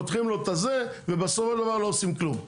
פותחים לו את הזה ובסופו של דבר לא עושים כלום.